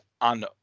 on